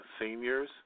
seniors